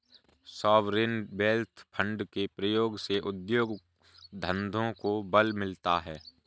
sovereign wealth fund के प्रयोग से उद्योग धंधों को बल मिलता है